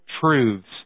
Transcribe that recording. truths